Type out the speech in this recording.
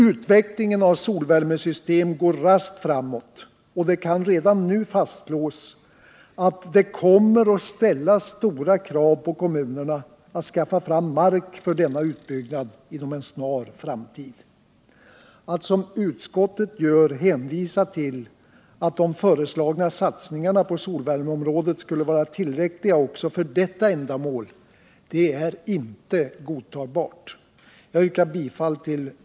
Utvecklingen av solvärmesystem går raskt framåt, och det kan redan nu fastslås att det inom en snar framtid kommer att ställas stora krav på kommunerna att skaffa fram mark för denna utbyggnad. Att som utskottet gör hänvisa till att de föreslagna satsningarna på solvärmeområdet skulle vara tillräckliga också för detta ändamål är inte godtagbart.